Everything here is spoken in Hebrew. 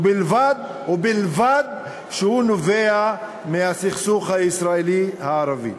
ובלבד שהוא נובע מהסכסוך הישראלי ערבי".